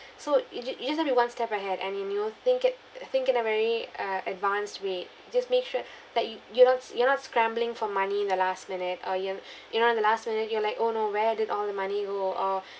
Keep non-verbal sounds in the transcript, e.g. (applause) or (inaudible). so you j~ you just have to be one step ahead and you know think it uh think in a very uh advanced way just make sure that you're not you're not scrambling for money in the last minute or you (breath) you know the last minute you're like oh no where did all the money oh uh